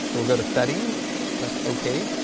so we'll go to settings press ok.